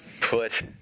put